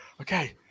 okay